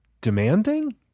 demanding